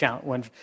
one